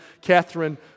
Catherine